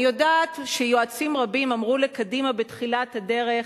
אני יודעת שיועצים רבים אמרו לקדימה בתחילת הדרך: